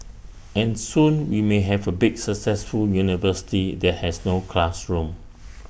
and soon we may have A big successful university that has no classrooms